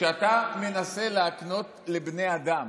כשאתה מנסה להקנות לבני אדם,